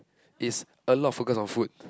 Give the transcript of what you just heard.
is a lot of focus on food